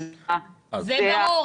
זה ברור.